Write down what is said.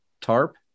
tarp